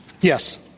Yes